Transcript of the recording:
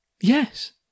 yes